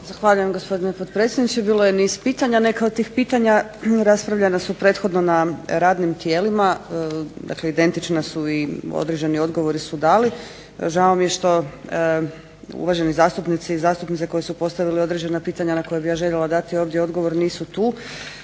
Zahvaljujem gospodine potpredsjedniče. Bilo je niz pitanja, neka od tih pitanja raspravljena su prethodno na radnim tijelima dakle identična i određeni odgovori su dali. Žao mi je što uvaženi zastupnici i zastupnice koji su postavili određena pitanja na koja bih ja željela dati ovdje odgovor nisu tu